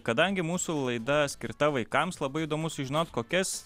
kadangi mūsų laida skirta vaikams labai įdomu sužinot kokias